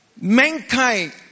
mankind